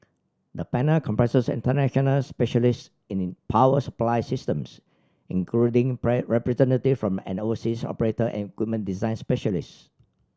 the panel comprises international specialist in power supply systems including representative from an overseas operator and equipment design specialist